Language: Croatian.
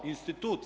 Institut?